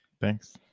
Thanks